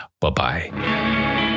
Bye-bye